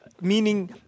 Meaning